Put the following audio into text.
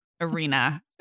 Arena